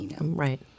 Right